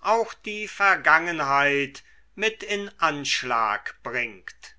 auch die vergangenheit mit in anschlag bringt